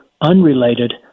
unrelated